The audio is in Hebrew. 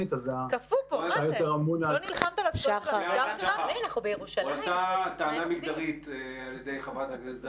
עלתה בעיה מגדרית על-ידי חברת הכנסת זנדברג.